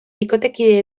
bikotekide